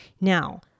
Now